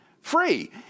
free